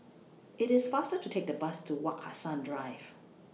IT IS faster to Take The Bus to Wak Hassan Drive